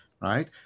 Right